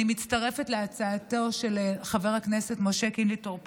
אני מצטרפת להצעתו של חבר הכנסת משה קינלי טור פז,